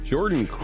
Jordan